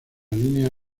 línea